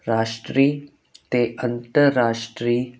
ਰਾਸ਼ਟਰੀ ਅਤੇ ਅੰਤਰਰਾਸ਼ਟਰੀ